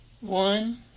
One